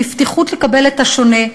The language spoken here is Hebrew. בפתיחות לקבל את השונה,